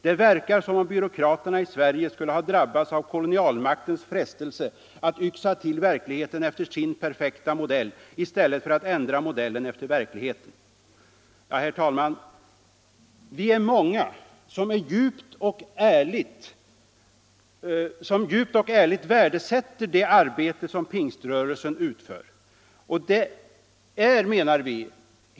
Det verkar, som om byråkraterna i Sverige skulle ha drabbats av kolonialmaktens frestelse att yxa till verkligheten efter sin perfekta modell i stället för att ändra modellen efter verkligheten.” Herr talman! Vi är många som djupt och ärligt värdesätter det arbete 145 som pingströrelsen utför.